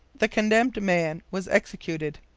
the condemned man was executed.